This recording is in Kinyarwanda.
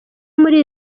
muri